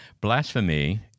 Blasphemy